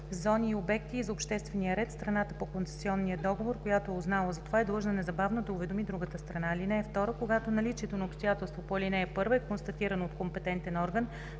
зони и обекти и за обществения ред, страната по концесионния договор, която е узнала за това, е длъжна незабавно да уведоми другата страна. (2) Когато наличието на обстоятелство по ал. 1 е констатирано от компетентен орган,